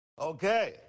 Okay